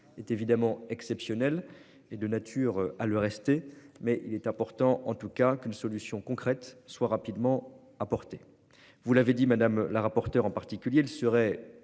Merci